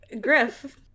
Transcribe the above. griff